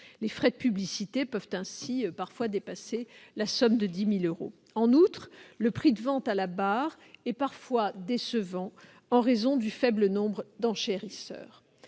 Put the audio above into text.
Les frais de publicité peuvent ainsi parfois dépasser la somme de 10 000 euros. En outre, le prix de vente à la barre est parfois décevant, en raison du faible nombre d'enchérisseurs.